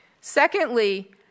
Secondly